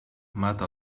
mata